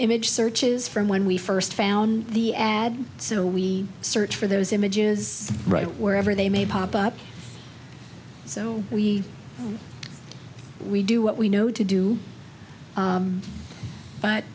image searches from when we first found the ad so we search for those images right wherever they may pop up so we we do what we know to do